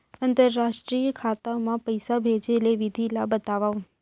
अंतरराष्ट्रीय खाता मा पइसा भेजे के विधि ला बतावव?